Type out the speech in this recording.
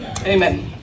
Amen